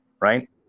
right